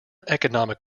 economic